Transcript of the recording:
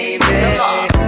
baby